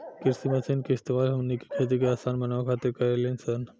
कृषि मशीन के इस्तेमाल हमनी के खेती के असान बनावे खातिर कारेनी सन